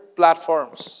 platforms